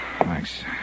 Thanks